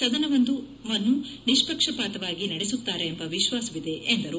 ಸದನವನ್ನು ನಿಷ್ಣಕವಾತವಾಗಿ ನಡೆಸುತ್ತಾರೆ ಎಂಬ ವಿಶ್ವಾಸವಿದೆ ಎಂದರು